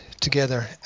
together